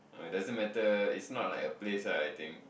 ah it doesn't matter it's not like a place right I think